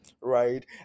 right